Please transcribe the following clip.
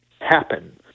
happen